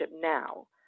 Now